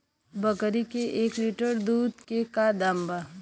बकरी के एक लीटर दूध के का दाम बा?